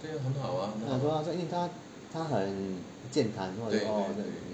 他讲说因为他他很健谈 orh